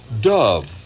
dove